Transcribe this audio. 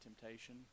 temptation